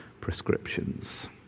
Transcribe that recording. prescriptions